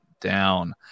down